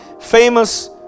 famous